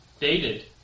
dated